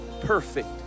perfect